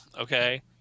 okay